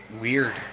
weird